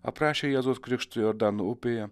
aprašę jėzaus krikštą jordano upėje